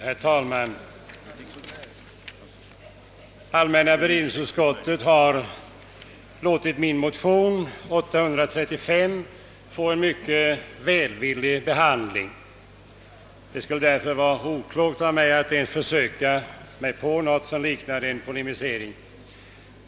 Herr talman! Allmänna beredningsutskottet har låtit min motion, nr 835, få en mycket välvillig behandling. Det skulle därför vara oklokt av mig att ens försöka mig på någonting som liknar en polemik.